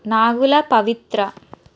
నాగుల పవిత్ర